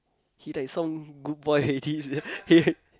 he like some good boy already sia he like